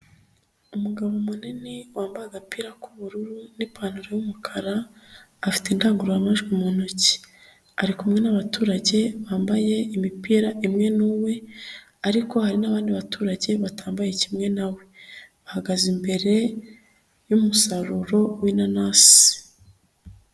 Umugabo munini wambaye agapira k'ubururu n'ipantaro y'umukara, afite indangururamajwi mu ntoki. Arikumwe n'abaturage bambaye imipira imwe n'uwe, ariko hari n'abandi baturage batambaye kimwe na we. Bahagaze imbere y'umusaruro w'inanasi.